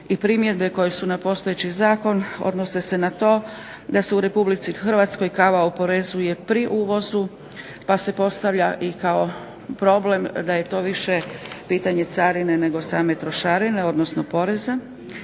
i primjedbe koje su na postojeći zakon odnose se na to da se u RH kava oporezuje pri uvozu pa se postavlja i kao problem da je to više pitanje carine nego same trošarine, odnosno poreza.